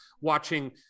Watching